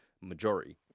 majority